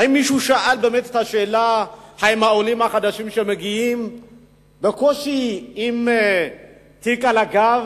האם מישהו שאל באמת אם העולים החדשים שמגיעים בקושי עם תיק על הגב,